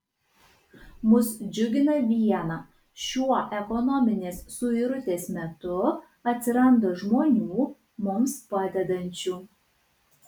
mus džiugina viena šiuo ekonominės suirutės metu atsiranda žmonių mums padedančių